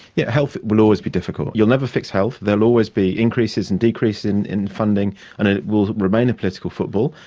yeah health will always be difficult. you'll never fix health. there will always be increases and decreases in in funding and it will remain a political football.